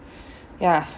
ya